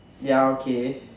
ya okay